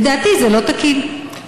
לדעתי, זה לא תקין.